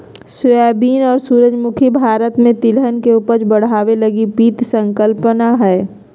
soybean और सूरजमुखी भारत में तिलहन के उपज बढ़ाबे लगी पीत संकल्पना हइ